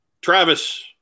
Travis